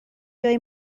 جای